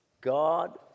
god